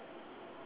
ya